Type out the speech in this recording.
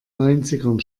neunzigern